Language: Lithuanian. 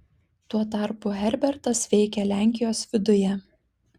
tuo tarpu herbertas veikė lenkijos viduje